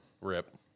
rip